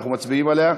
אנחנו מצביעים עליה?